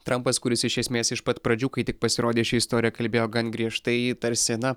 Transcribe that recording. trampas kuris iš esmės iš pat pradžių kai tik pasirodė ši istorija kalbėjo gan griežtai tarsi na